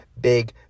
big